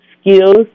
skills